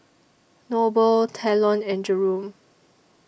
Noble Talon and Jerome